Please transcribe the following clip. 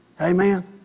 Amen